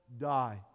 die